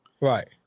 Right